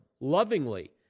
lovingly